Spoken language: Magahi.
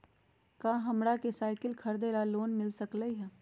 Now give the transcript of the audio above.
का हमरा के साईकिल खरीदे ला लोन मिल सकलई ह?